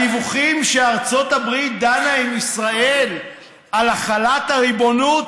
הדיווחים שארצות הברית דנה עם ישראל על החלת הריבונות,